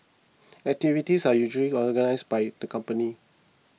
activities are usually organised by the companies